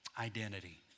identity